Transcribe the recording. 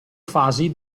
fasi